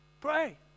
Pray